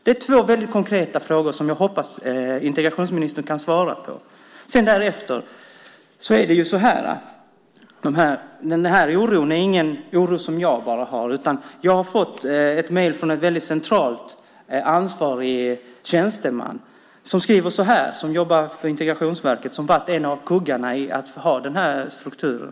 Det är två väldigt konkreta frågor som jag hoppas integrationsministern kan svara på. Den här oron är ingen oro som bara jag har. Jag har fått ett mejl från en centralt ansvarig tjänsteman som jobbar för Integrationsverket och som har varit en av kuggarna i att ha den här strukturen.